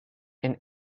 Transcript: and